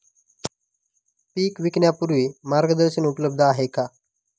पीक विकण्यापूर्वी मार्गदर्शन उपलब्ध आहे का?